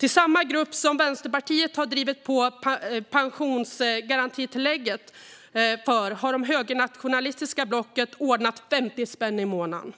För samma grupp som Vänsterpartiet har drivit på pensionsgarantitillägget för har det högernationalistiska blocket ordnat 50 spänn i månaden.